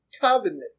covenant